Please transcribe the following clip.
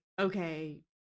okay